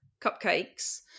cupcakes